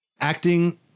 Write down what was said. acting